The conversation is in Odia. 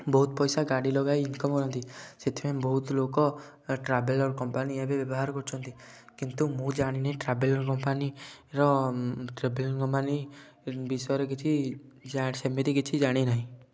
ବହୁତ ପଇସା ଗାଡ଼ି ଲଗାଇ ଇନକମ୍ କରନ୍ତି ସେଥିପାଇଁ ବହୁତ ଲୋକ ଟ୍ରାଭେଲର କମ୍ପାନୀ ଏବେ ବ୍ୟବହାର କରୁଛନ୍ତି କିନ୍ତୁ ମୁଁ ଜାଣିନି ଟ୍ରାଭେଲର କମ୍ପାନୀର ଟ୍ରାଭେଲର କମ୍ପାନୀ ବିଷୟରେ କିଛି ସେମିତି କିଛି ଜାଣିନାହିଁ